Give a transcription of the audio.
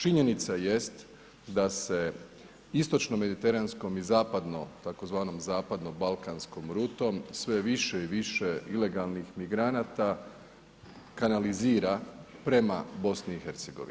Činjenica jest da se istočno-mediteranskom i zapadno tzv. zapadnom balkanskom rutom sve više i više ilegalnih migranata kanalizira prema BiH.